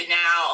now